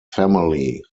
family